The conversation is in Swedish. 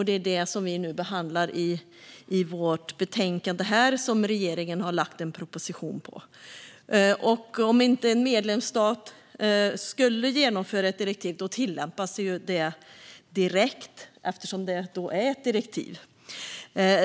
Det är det regeringen har lagt fram en proposition om, vilken vi behandlar i vårt betänkande. Om en medlemsstat inte skulle genomföra ett direktiv tillämpas det direkt, eftersom det är ett direktiv.